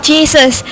Jesus